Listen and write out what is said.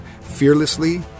Fearlessly